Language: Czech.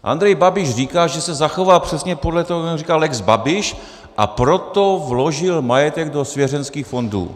Andrej Babiš říká, že se zachoval přesně podle toho, jak říká lex Babiš, a proto vložil majetek do svěřenských fondů.